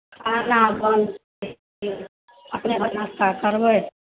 खाना बनतै अपने घर नाश्ता करबै